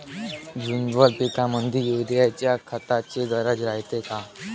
द्विदल पिकामंदी युरीया या खताची गरज रायते का?